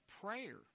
prayer